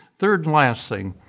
third and last thing,